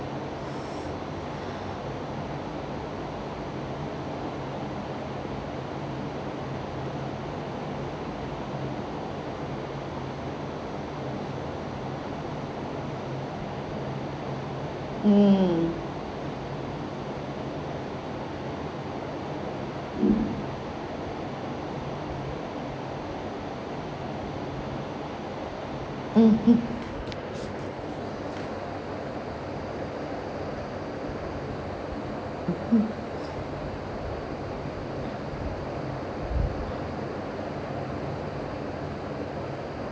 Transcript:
mm